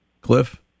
Cliff